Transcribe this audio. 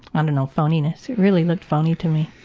and know, phoniness. it really looked phony to me.